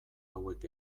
hauek